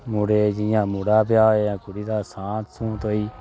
मुड़े जियां मुड़ा ब्याह् होऐ जां कुड़ी दा सांत सूंत होई